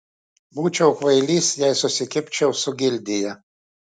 būčiau kvailys jei susikibčiau su gildija